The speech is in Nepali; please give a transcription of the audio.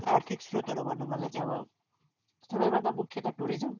आर्थिक स्रोतहरू भन्नु पर्दा चाहिँ अब सबैभन्दा मुख्य त टुरिजम